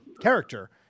character